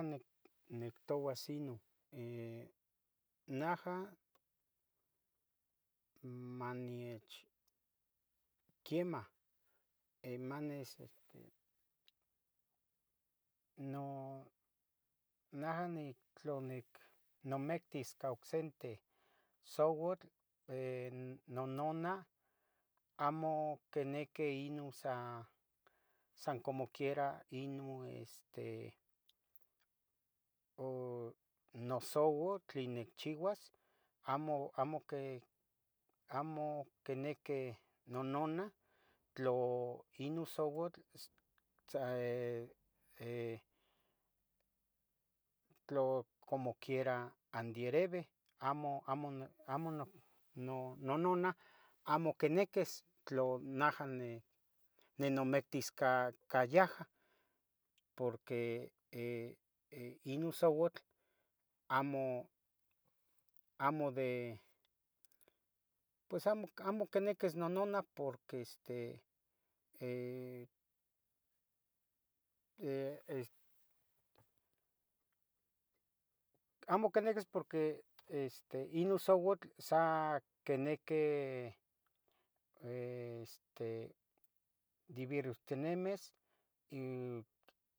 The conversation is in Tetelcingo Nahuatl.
Naja nictoua sino, naja maniech, quemah maneche este no naja ni tlo nomictis ocsenteh souatl nononah amo quiniqui inon sa san comoquiera inon este inosouatl inicchiuas amo quinequi nononah tlo inon souatl tlo comoquiera andireve, amo nonanah amo quiniquis tlo naja ninomectis ca yaja porque inon siuatl amo de pus amo quiniquis nononah amo quiniquis porque inon siuatl sa quiniqui este diviruhtinimis